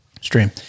Stream